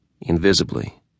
invisibly